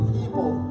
people